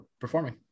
performing